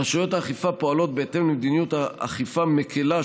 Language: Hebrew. רשויות האכיפה פועלות בהתאם למדיניות אכיפה מקילה,